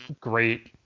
great